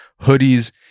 hoodies